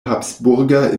habsburga